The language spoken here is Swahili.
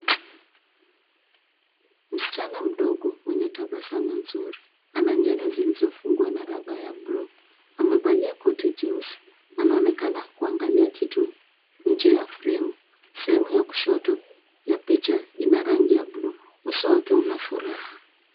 Msichana mdogo ana tabasamu nzuri. Ana nywele zilizofungwa na rubber ya buluu. Amevalia koti jeusi. Anaonekana kuangalia kitu nje ya fremu. sehemu ya kushoto ya picha ina rangi ya buluu. Uso wake una furaha.